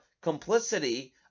complicity